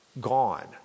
gone